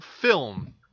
film